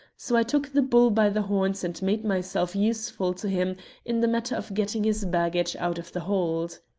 so i took the bull by the horns and made myself useful to him in the matter of getting his baggage out of the hold.